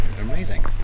amazing